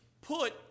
put